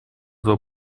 два